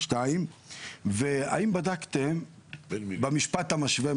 האם בדקתם במשפט המשווה,